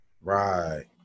Right